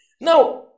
Now